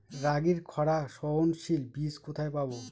রাগির খরা সহনশীল বীজ কোথায় পাবো?